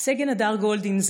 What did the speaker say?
סגן הדר גולדין,